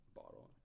bottle